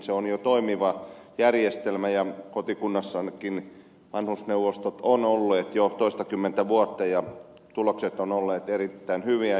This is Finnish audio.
se on jo toimiva järjestelmä ja kotikunnassanikin vanhusneuvostot ovat olleet jo toistakymmentä vuotta ja tulokset ovat olleet erittäin hyviä